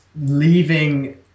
leaving